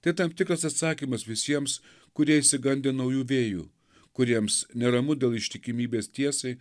tai tam tikras atsakymas visiems kurie išsigandę naujų vėjų kuriems neramu dėl ištikimybės tiesai